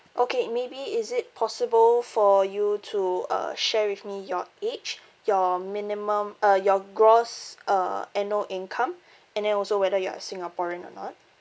okay maybe is it possible for you to uh share with me your age your minimum uh your gross uh annual income and then also whether you are a singaporean or not